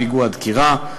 פיגוע דקירה,